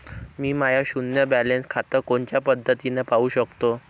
मी माय शुन्य बॅलन्स खातं कोनच्या पद्धतीनं पाहू शकतो?